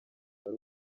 ari